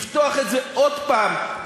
לפתוח את זה עוד פעם,